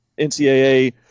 NCAA